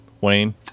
Wayne